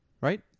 right